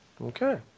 Okay